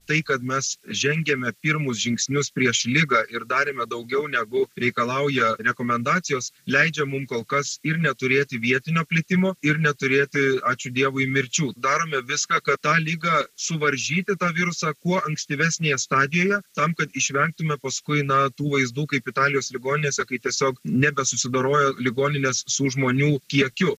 tai kad mes žengėme pirmus žingsnius prieš ligą ir darėme daugiau negu reikalauja rekomendacijos leidžia mum kol kas ir neturėti vietinio plitimo ir neturėti ačiū dievui mirčių darome viską kad tą ligą suvaržyti tą virusą kuo ankstyvesnėje stadijoje tam kad išvengtume paskui na tų vaizdų kaip italijos ligoninėse kai tiesiog nebesusidoroja ligoninės su žmonių kiekiu